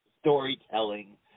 storytelling